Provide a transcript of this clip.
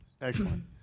excellent